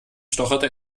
stocherte